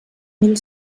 mil